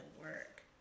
work